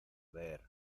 ver